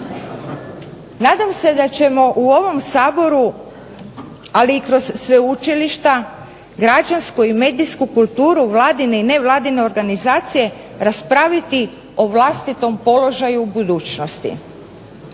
Nadam se da ćemo u ovom Saboru, ali i kroz sveučilišta građansku i medijsku kulturu vladine i nevladine organizacije raspraviti o vlastitom položaju u budućnosti.